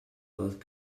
both